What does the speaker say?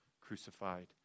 crucified